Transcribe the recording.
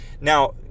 Now